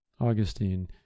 Augustine